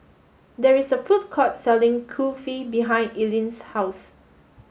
there is a food court selling Kulfi behind Eileen's house